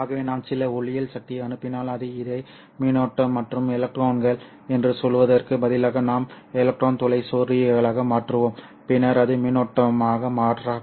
ஆகவே நான் சில ஒளியியல் சக்தியை அனுப்பினால் இதை மின்னோட்டம் மற்றும் எலக்ட்ரான்கள் என்று சொல்வதற்குப் பதிலாக நாம் எலக்ட்ரான் துளை ஜோடிகளாக மாற்றுவோம் பின்னர் அது மின்னோட்டமாக மாற்றப்படும்